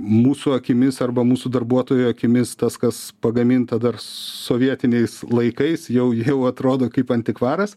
mūsų akimis arba mūsų darbuotojų akimis tas kas pagaminta dar sovietiniais laikais jau jau atrodo kaip antikvaras